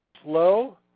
flow